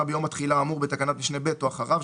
ביום התחילה האמור בתקנת משנה (ב) או אחריו,